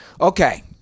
Okay